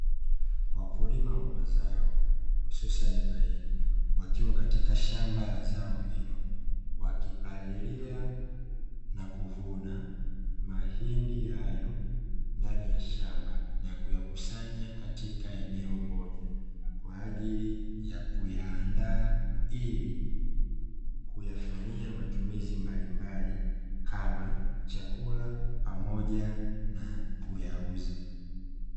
Wakulima wa mazao hususa ni mahindi wakiwa katika shamba la zao hilo, wakipalilia na kuvuna mahindi hayo ndani ya shamba, na kuyakusanya katika eneo moja kwaajili ya kuyaandaa ili kuyafanyia matumizi mbalimbali kama chakula pamoja na kuyauza